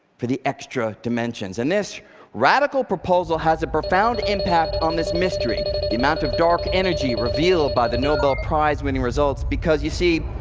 for the extra dimensions. and this radical proposal has a profound impact on this mystery amount of dark energy revealed by the nobel prize-winning results. because you see,